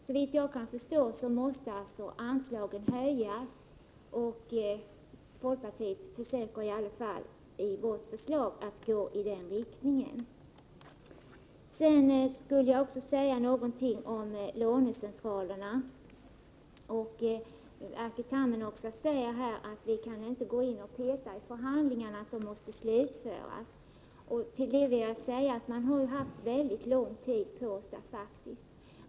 Såvitt jag kan förstå måste anslaget höjas, och folkpartiet försöker i alla fall i sitt förslag att gå i den riktningen. Jag skulle också säga någonting om lånecentralerna. Erkki Tammenoksa säger att vi inte kan gå in och peta i förhandlingarna, utan de måste slutföras. Till det vill jag säga att man har haft väldigt lång tid på sig.